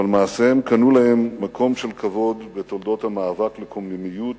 אבל מעשיהם קנו להם מקום של כבוד בתולדות המאבק לקוממיות